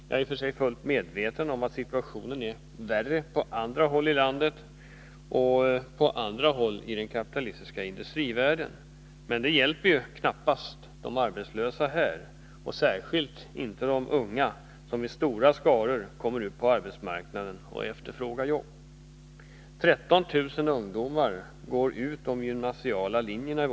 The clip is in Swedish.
Jag är i och för sig fullt medveten om att situationen är värre på andra håll i landet och på andra håll i den kapitalistiska industrivärlden, men det hjälper knappast de arbetslösa här, särskilt inte de unga, som i stora skaror kommer ut på arbetsmarknaden och efterfrågar jobb. 13 000 ungdomar går i vår ut de gymnasiala linjerna.